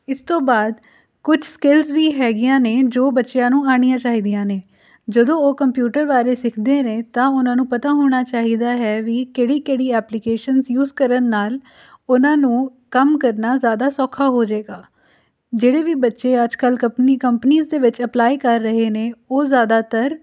ਇਸ ਤੋਂ ਬਾਅਦ ਕੁਛ ਸਕਿੱਲਸ ਵੀ ਹੈਗੀਆਂ ਨੇ ਜੋ ਬੱਚਿਆਂ ਨੂੰ ਆਉਣੀਆਂ ਚਾਹੀਦੀਆਂ ਨੇ ਜਦੋਂ ਉਹ ਕੰਪਿਊਟਰ ਬਾਰੇ ਸਿੱਖਦੇ ਨੇ ਤਾਂ ਉਹਨਾਂ ਨੂੰ ਪਤਾ ਹੋਣਾ ਚਾਹੀਦਾ ਹੈ ਵੀ ਕਿਹੜੀ ਕਿਹੜੀ ਐਪਲੀਕੇਸ਼ਨਸ ਯੂਸ ਕਰਨ ਨਾਲ ਉਹਨਾਂ ਨੂੰ ਕੰਮ ਕਰਨਾ ਜ਼ਿਆਦਾ ਸੌਖਾ ਹੋ ਜਾਏਗਾ ਜਿਹੜੇ ਵੀ ਬੱਚੇ ਅੱਜ ਕੱਲ੍ਹ ਆਪਣੀ ਕੰਪਨੀਸ ਵਿੱਚ ਅਪਲਾਈ ਕਰ ਰਹੇ ਨੇ ਉਹ ਜ਼ਿਆਦਾਤਰ